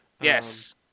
Yes